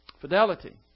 fidelity